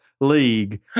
League